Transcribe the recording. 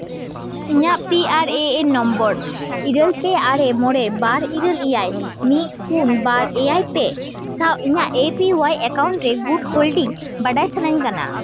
ᱤᱧᱟᱹᱜ P R A N number ᱤᱨᱟᱹᱞ ᱯᱮ ᱟᱨᱮ ᱢᱚᱬᱮ ᱵᱟᱨ ᱤᱨᱟᱹᱞ ᱮᱭᱟᱭ ᱢᱤᱫ ᱯᱩᱱ ᱵᱟᱨ ᱮᱭᱟᱭ ᱯᱮ ᱥᱟᱶ ᱤᱧᱟᱹᱜ ᱮ ᱯᱤ ᱚᱣᱟᱭ ᱮᱠᱟᱣᱩᱱᱴ ᱨᱮ ᱜᱩᱴ ᱦᱳᱞᱰᱤᱝ ᱵᱟᱰᱟᱭ ᱥᱟᱱᱟᱧ ᱠᱟᱱᱟ